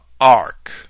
Ark